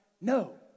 No